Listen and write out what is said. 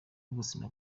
ubuzima